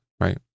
right